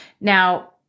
Now